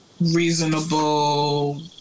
Reasonable